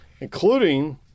including